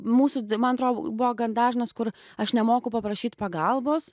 mūsų man atrodo buvo gan dažnas kur aš nemoku paprašyt pagalbos